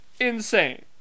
insane